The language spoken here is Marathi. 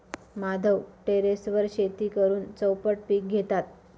माधव टेरेसवर शेती करून चौपट पीक घेतात